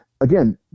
again